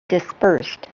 dispersed